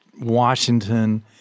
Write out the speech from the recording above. Washington